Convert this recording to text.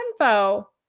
info